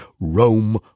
Rome